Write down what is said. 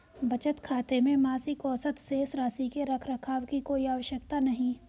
बचत खाते में मासिक औसत शेष राशि के रख रखाव की कोई आवश्यकता नहीं